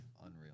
Unreal